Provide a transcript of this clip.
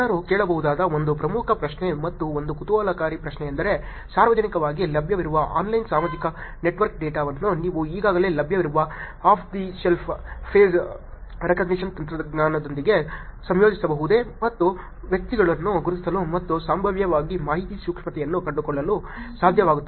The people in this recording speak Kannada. ಜನರು ಕೇಳಬಹುದಾದ ಒಂದು ಪ್ರಮುಖ ಪ್ರಶ್ನೆ ಮತ್ತು ಒಂದು ಕುತೂಹಲಕಾರಿ ಪ್ರಶ್ನೆಯೆಂದರೆ ಸಾರ್ವಜನಿಕವಾಗಿ ಲಭ್ಯವಿರುವ ಆನ್ಲೈನ್ ಸಾಮಾಜಿಕ ನೆಟ್ವರ್ಕ್ ಡೇಟಾವನ್ನು ನೀವು ಈಗಾಗಲೇ ಲಭ್ಯವಿರುವ off the shelf face recognition ತಂತ್ರಜ್ಞಾನದೊಂದಿಗೆ ಸಂಯೋಜಿಸಬಹುದೇ ಮತ್ತು ವ್ಯಕ್ತಿಗಳನ್ನು ಗುರುತಿಸಲು ಮತ್ತು ಸಂಭಾವ್ಯವಾಗಿ ಮಾಹಿತಿ ಸೂಕ್ಷ್ಮತೆಯನ್ನು ಕಂಡುಕೊಳ್ಳಲು ಸಾಧ್ಯವಾಗುತ್ತದೆ